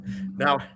Now –